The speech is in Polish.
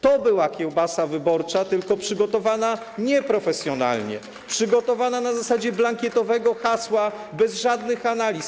To była kiełbasa wyborcza, tylko przygotowana nieprofesjonalnie, na zasadzie blankietowego hasła bez żadnych analiz.